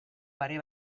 pare